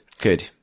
good